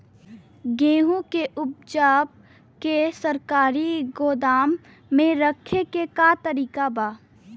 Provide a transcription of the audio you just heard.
गेहूँ के ऊपज के सरकारी गोदाम मे रखे के का तरीका बा?